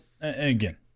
again –